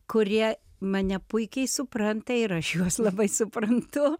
kurie mane puikiai supranta ir aš juos labai suprantu